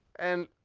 and,